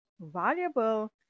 valuable